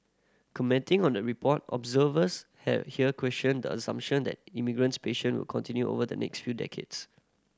commenting on the report observers here questioned the assumption that immigration patient will continue over the next few decades